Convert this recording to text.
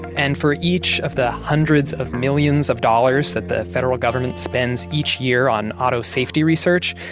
and for each of the hundreds of millions of dollars that the federal government spends each year on auto safety research,